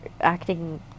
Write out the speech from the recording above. acting